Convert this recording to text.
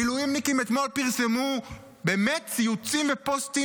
מילואימניקים אתמול פרסמו באמת ציוצים ופוסטים